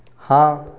हाँ